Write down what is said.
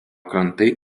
krantai